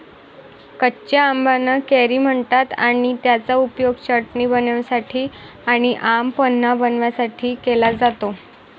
कच्या आंबाना कैरी म्हणतात आणि त्याचा उपयोग चटणी बनवण्यासाठी आणी आम पन्हा बनवण्यासाठी केला जातो